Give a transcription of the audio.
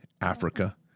Africa